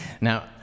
Now